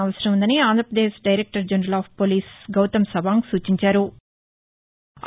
అవసరం ఉందని Andhra Pradesh director general of police Gautam Sawang సూచించారు